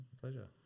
Pleasure